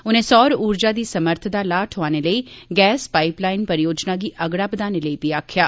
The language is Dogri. उनें सौर उर्जा दी समर्थ दा लाह् ठोआने लेई गैस पाईप लाईन परियोजना गी अगड़ा बधाने लेई बी आखेआ